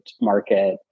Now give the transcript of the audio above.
market